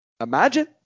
Imagine